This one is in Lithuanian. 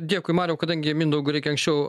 dėkui mariau kadangi mindaugui reikia anksčiau